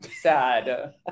sad